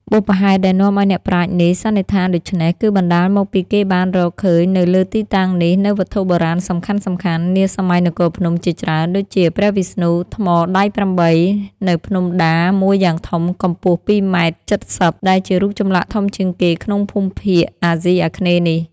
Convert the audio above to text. បុព្វហេតុដែលនាំឱ្យអ្នកប្រាជ្ញនេះ សន្និដ្ឋានដូច្នោះ គឺបណ្តាលមកពីគេបានរក ឃើញនៅលើទីតាំងនេះ នូវវត្ថុបុរាណសំខាន់១ នាសម័យនគរភ្នំជាច្រើន ដូចជាព្រះវិស្ណុ ថ្មដៃ៨ នៅភ្នំដាមួយយ៉ាងធំ កំពស់ ២ម៉ែត្រ៧០ ដែលជារូបចម្លាក់ធំជាងគេក្នុងភូមិភាគ អាស៊ីអាគ្នេយ៍នេះ។